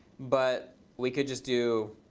but we could just do,